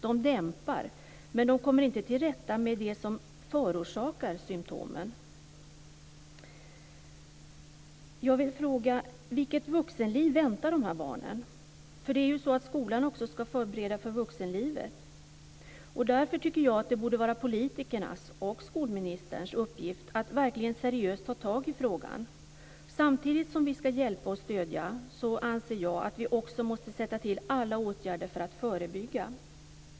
De dämpar, men de kommer inte till rätta med det som förorsakar symtomen. Jag vill fråga: Vilket vuxenliv väntar de här barnen? Skolan skall ju också förbereda för vuxenlivet. Därför tycker jag att det borde vara politikernas, och skolministerns, uppgift att verkligen seriöst ta tag i frågan. Samtidigt som vi skall hjälpa och stödja anser jag att vi också måste sätta in alla åtgärder för att förebygga.